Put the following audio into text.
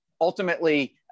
ultimately